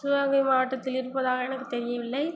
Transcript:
சிவகங்கை மாவட்டத்தில் இருப்பதாக எனக்கு தெரியவில்லை